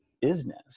business